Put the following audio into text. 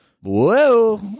Whoa